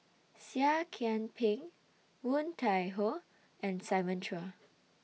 Seah Kian Peng Woon Tai Ho and Simon Chua